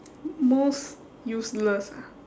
most useless ah